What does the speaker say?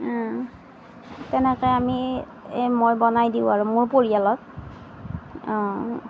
তেনেকৈ মই বনাই দিওঁ আৰু মোৰ পৰিয়ালক অঁ